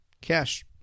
cash